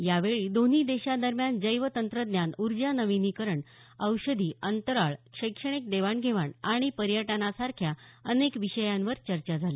यावेळी दोन्ही देशांदरम्यान जैव तंत्रज्ञान उर्जा नविनीकरण औषधी अंतराळ शैक्षणिक देवाणघेवाण आणि पर्यटनासारख्या अनेक विषयांवर चर्चा झाली